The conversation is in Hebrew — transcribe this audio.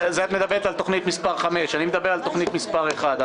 מדברת על תוכנית מס' 5. אני מדבר על תוכנית מס' 1,